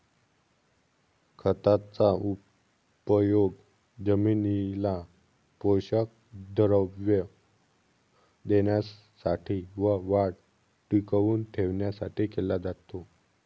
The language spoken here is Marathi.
खताचा उपयोग जमिनीला पोषक द्रव्ये देण्यासाठी व वाढ टिकवून ठेवण्यासाठी केला जातो